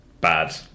bad